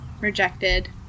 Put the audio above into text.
rejected